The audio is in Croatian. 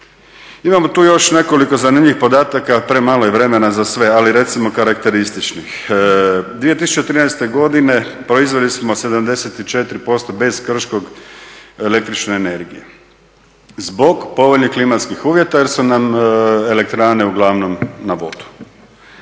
Imamo tu još nekoliko zanimljivih podataka, premalo je vremena za sve ali recimo karakterističnih. 2013. godine proizveli smo 74% bez Krškog električne energije. Zbog povoljnih klimatskih uvjeta jer su nam elektrane uglavnom na vodu.